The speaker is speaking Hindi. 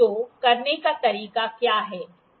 तो करने का तरीका क्या है